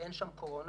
שאין שם קורונה.